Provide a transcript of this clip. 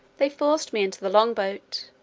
they forced me into the long-boat,